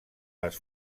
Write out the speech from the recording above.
les